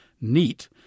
neat